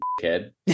kid